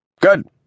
Good